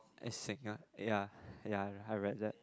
a singer ya ya I read that